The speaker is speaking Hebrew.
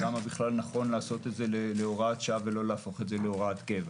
למה בכלל נכון לעשות את זה להוראת שעה ולא להפוך את זה להוראת קבע?